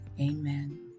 amen